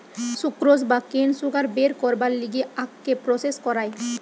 sucrose বা cane sugar বের করবার লিগে আখকে প্রসেস করায়